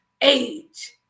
age